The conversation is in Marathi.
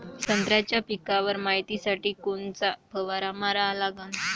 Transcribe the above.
संत्र्याच्या पिकावर मायतीसाठी कोनचा फवारा मारा लागन?